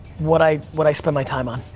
what i what i spend my time on.